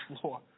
floor